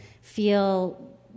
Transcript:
feel